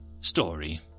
story